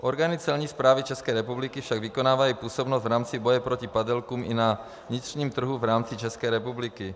Orgány Celní správy České republiky však vykonávají působnost v rámci boje proti padělkům i na vnitřním trhu v rámci České republiky.